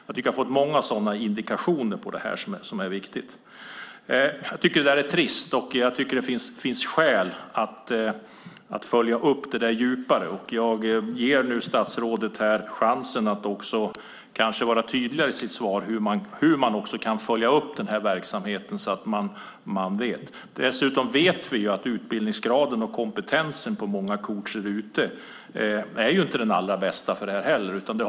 Jag har fått många sådana indikationer. Jag tycker att det är trist, och det finns skäl att följa upp det djupare. Jag ger nu statsrådet chansen att i sitt svar vara tydligare med hur man kan följa upp den här verksamheten. Dessutom vet vi att utbildningsgraden och kompetensen inte är den allra bästa för många coacher.